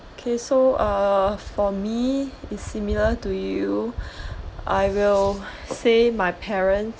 okay okay so err for me is similar to you I will say my parents